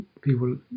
people